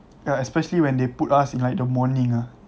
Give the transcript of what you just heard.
ya especially when they put us in like the morning ah